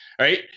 right